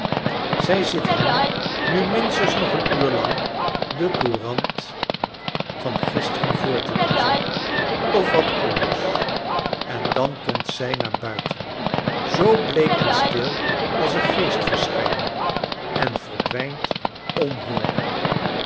zij zit hem nu minstens nog een uur lang de courant van gisteren voor te lezen of wat anders en dan komt zij naar buiten zoo bleek en stil als een geestverschrjning en verdvvijnt onhoorbaar